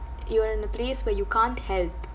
you were in a place where you can't help